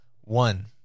One